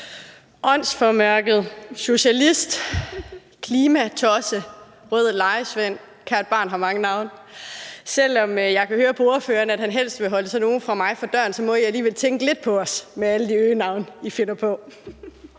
Åndsformørket. Socialist. Klimatosse. Rød lejesvend. Kært barn har mange navne. Selv om jeg kan høre på ordføreren, at han helst vil holde sådan nogen som mig fra døren, så må I alligevel tænke lidt på os – med alle de øgenavne, I finder på.